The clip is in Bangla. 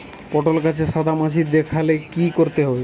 পটলে গাছে সাদা মাছি দেখালে কি করতে হবে?